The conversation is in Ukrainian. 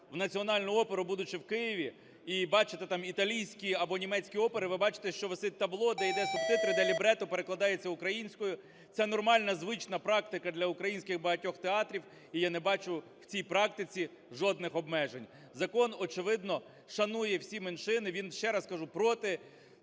в Національну оперу, будучи в Києві і бачите там італійські або німецькі опери, ви бачите, що висить табло, де йдуть субтитри, де лібрето перекладається українською. Це нормальна, звична практика для українських багатьох театрів, і я не бачу в цій практиці жодних обмежень. Закон очевидно шанує всі меншин, він, ще раз кажу, проти